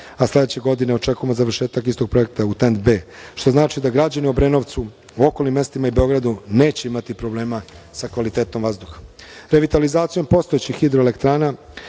a sledeće godine očekujemo završetak istog projekta u TENT B, što znači da građani u Obrenovcu, u okolnim mestima i Beogradu neće imati problema sa kvalitetom vazduha. Revitalizacijom postojećih hidroelektrana